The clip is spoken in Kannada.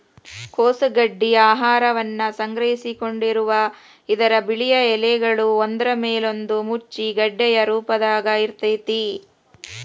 ಕೋಸು ಗಡ್ಡಿ ಆಹಾರವನ್ನ ಸಂಗ್ರಹಿಸಿಕೊಂಡಿರುವ ಇದರ ಬಿಳಿಯ ಎಲೆಗಳು ಒಂದ್ರಮೇಲೊಂದು ಮುಚ್ಚಿ ಗೆಡ್ಡೆಯ ರೂಪದಾಗ ಇರ್ತೇತಿ